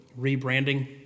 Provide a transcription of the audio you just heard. rebranding